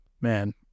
Man